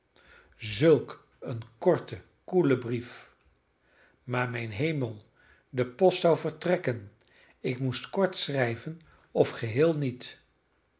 zulk een korten koelen brief maar mijn hemel de post zou vertrekken ik moest kort schrijven of geheel niet